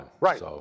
Right